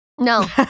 No